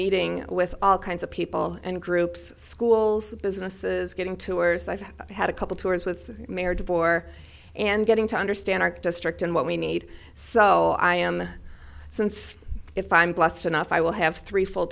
meeting with all kinds of people and groups schools businesses getting tours i've had a couple tours with mayor de boer and getting to understand our district and what we need so i am since if i'm blessed enough i will have three full